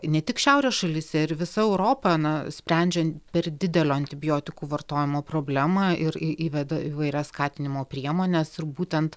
ne tik šiaurės šalyse ir visa europa na sprendžian per didelio antibiotikų vartojimo problemą ir į įveda įvairias skatinimo priemones ir būtent